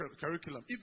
curriculum